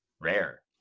rare